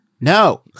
No